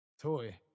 Toy